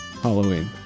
Halloween